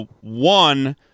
One